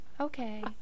Okay